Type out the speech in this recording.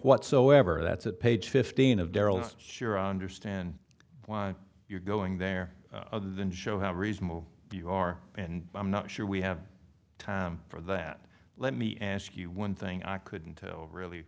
whatsoever that's at page fifteen of darryl's sure i understand why you're going there and show how reasonable you are and i'm not sure we have time for that let me ask you one thing i couldn't reall